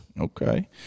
Okay